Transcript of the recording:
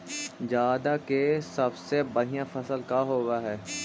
जादा के सबसे बढ़िया फसल का होवे हई?